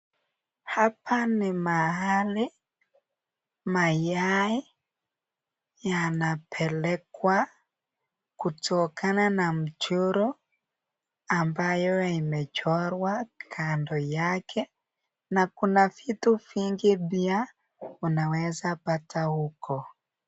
Hapa ni mahali mayai yanapelekwa kutokana na mchoro ambayo imechorwa kando yake na kuna vitu vingi vya unaweza pata huko.